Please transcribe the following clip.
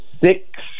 six